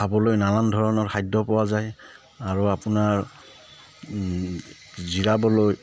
খাবলৈ নানান ধৰণৰ খাদ্য পোৱা যায় আৰু আপোনাৰ জিৰাবলৈ